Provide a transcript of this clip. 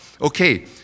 okay